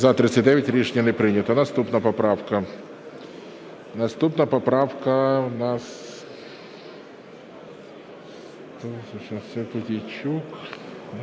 За-39 Рішення не прийнято. Наступна поправка.